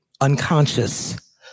unconscious